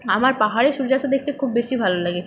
আমার পাহাড়ে সূর্যাস্ত দেখতে খুব বেশি ভালো লাগে